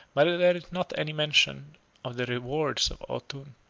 but there is not any mention of the rewards of autun.